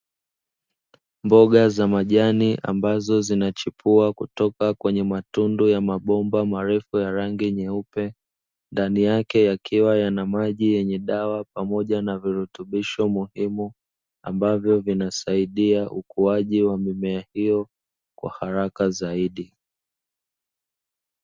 Mboga za majani ambazo zimechipua kutoka kwenye mabomba marefu yenye rangi nyeupe, ndani yake yakiwa yana maji yenye dawa pamoja na virutubisho muhimu ambavyo vinasaidia ukuwaji wa mimea hiyo kwa haraka zaidi.